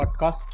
Podcast